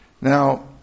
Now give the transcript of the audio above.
Now